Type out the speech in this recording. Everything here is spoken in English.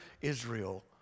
Israel